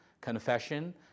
confession